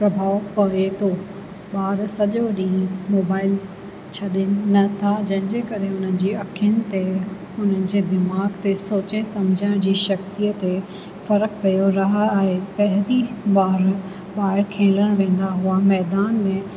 प्रभाव पवे थो ॿार सॼो ॾींहुं मोबाइल छ्ॾीनि नथा जंहिंजे करे उन्हनि जी अखियुनि ते उन्हनि जे दिमाग़ ते सोचे सम्झण जी शक्तिअ ते फ़र्क़ु पियो रहिया आहे पहिरीं ॿारु ॿाहिरि खेलण वेंदा हुआ मैदान में